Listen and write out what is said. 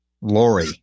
Lori